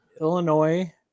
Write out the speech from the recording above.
Illinois